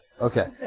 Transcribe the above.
Okay